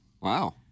wow